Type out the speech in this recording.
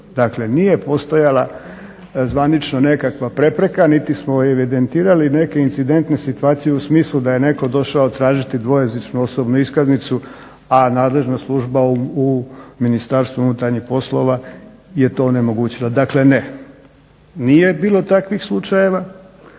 Dakle, nije postojala zvanično nekakva prepreka niti smo evidentirali neke incidentne situacije u smislu da je netko došao tražiti dvojezičnu osobnu iskaznicu, a nadležna služba u Ministarstvu unutarnjih poslova je to onemogućila. Dakle, ne. Nije bilo takvih slučajeva